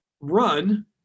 run